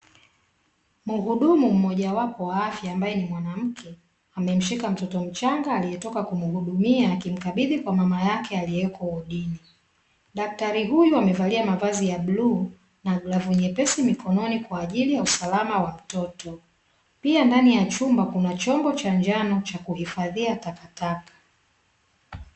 Mhudumu mmoja wapo wa afya ambae ni mwanamke, amemshika mtoto mchanga, aliyetoka kumuhudumia na kumkabidhi kwa mama yake dakitari huyo amevalia mavazi ya bluu na glovu nyembamba za kubebea watoto pia ndani ya chumba kuna chombo cha kuhifadhia takataka.